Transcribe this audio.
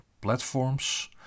platforms